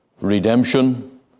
redemption